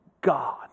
God